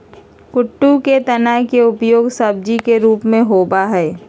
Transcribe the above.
कुट्टू के तना के उपयोग सब्जी के रूप में होबा हई